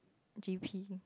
G_P